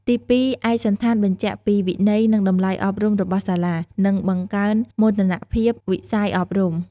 ទីពីរ ឯកសណ្ឋានបញ្ជាក់ពីវិន័យនិងតម្លៃអប់រំរបស់សាលា និងបង្កើនមោទនភាពវិស័យអប់រំ។